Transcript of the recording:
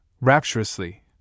rapturously